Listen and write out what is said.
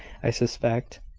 i suspect.